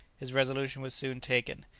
his resolution was soon taken.